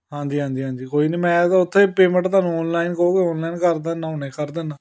ਹਾਂਜੀ ਹਾਂਜੀ ਹਾਂਜੀ ਕੋਈ ਨਹੀਂ ਮੈਂ ਤਾਂ ਉੱਥੇ ਪੇਮੈਂਟ ਤੁਹਾਨੂੰ ਔਨਲਾਈਨ ਕਹੁੰਗੇ ਔਨਲਾਈਨ ਕਰ ਦਿੰਦਾ ਹੁਣੇ ਕਰ ਦਿੰਦਾ